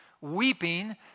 weeping